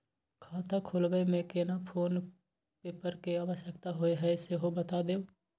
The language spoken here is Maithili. खाता खोलैबय में केना कोन पेपर के आवश्यकता होए हैं सेहो बता देब?